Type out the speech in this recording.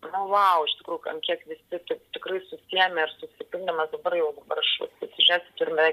nu vov iš tikrųjų ant kiek visi taip tikrai susiėmė ir susipildymas dabar jau dabar aš pasižiūrėsiu turime